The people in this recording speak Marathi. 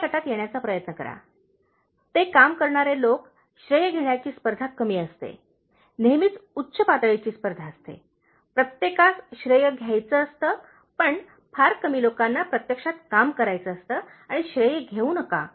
पहिल्या गटात येण्याचा प्रयत्न करा ते काम करणारे लोक श्रेय घेण्याची स्पर्धा कमी असते नेहमीच उच्च पातळीची स्पर्धा असते प्रत्येकास श्रेय घ्यायचे असते पण फार कमी लोकांना प्रत्यक्षात काम करायचे असते आणि श्रेय घेऊ नका